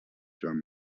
joan